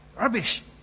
Rubbish